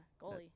goalie